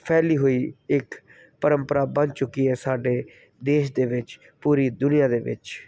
ਫੈਲੀ ਹੋਈ ਇੱਕ ਪਰੰਪਰਾ ਬਣ ਚੁੱਕੀ ਹੈ ਸਾਡੇ ਦੇਸ਼ ਦੇ ਵਿੱਚ ਪੂਰੀ ਦੁਨੀਆਂ ਦੇ ਵਿੱਚ